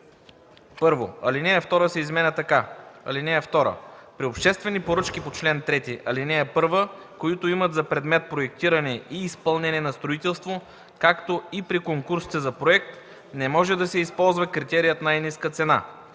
1. Алинея 2 се изменя така: „(2) При обществени поръчки по чл. 3, ал. 1, които имат за предмет проектиране и изпълнение на строителство, както и при конкурсите за проект, не може да се използва критерият най-ниска цена.”